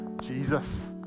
Jesus